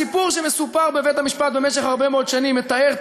בסיפור שמסופר בבית-המשפט במשך הרבה מאוד שנים מתוארת